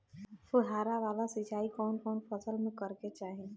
फुहारा वाला सिंचाई कवन कवन फसल में करके चाही?